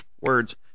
Words